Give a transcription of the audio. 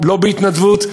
לא בהתנדבות.